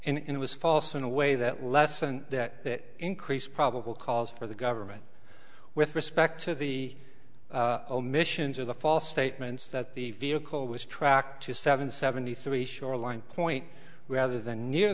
and it was false in a way that lesson that increase probable cause for the government with respect to the omissions or the false statements that the vehicle was tracked to seven seventy three shoreline point rather than near